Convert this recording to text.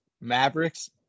Mavericks